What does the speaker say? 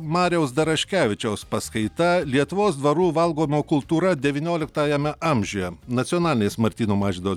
mariaus daraškevičiaus paskaita lietuvos dvarų valgomo kultūra devynioliktajame amžiuje nacionalinės martyno mažvydo